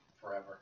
forever